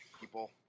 people